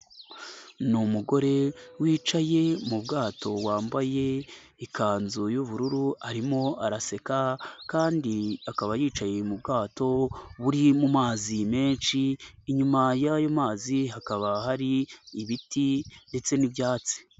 Ni umugore wicaye mu bwato wambaye ikanzu y'ubururu, arimo araseka kandi akaba yicaye mu bwato buri mu mazi menshi, inyuma y'ayo mazi hakaba hari ibiti ndetse n'ibyatsi.